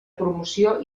promoció